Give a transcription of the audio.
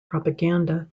propaganda